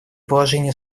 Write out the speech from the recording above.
положение